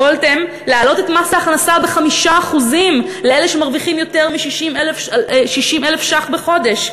יכולתם להעלות את מס ההכנסה ב-5% לאלו שמרוויחים יותר מ-60,000 בחודש,